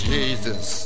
Jesus